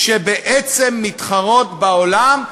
שבעצם מתחרות בעולם,